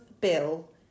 Bill